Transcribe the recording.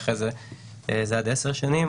ואחרי זה עד עשר שנים.